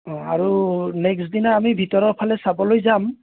অঁ আৰু নেক্সট দিনা আমি ভিতৰৰ ফালে চাবলৈ যাম